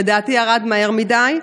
לדעתי ירד מהר מדי,